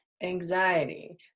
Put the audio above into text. anxiety